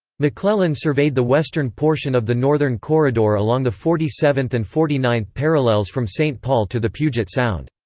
mcclellan surveyed the western portion of the northern corridor along the forty seventh and forty ninth parallels from st. paul to the puget sound.